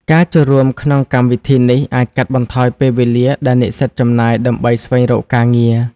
ការចូលរួមក្នុងកម្មវិធីនេះអាចកាត់បន្ថយពេលវេលាដែលនិស្សិតចំណាយដើម្បីស្វែងរកការងារ។